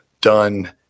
done